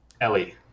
Ellie